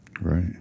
Right